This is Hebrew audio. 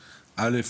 א'